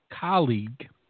colleague